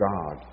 God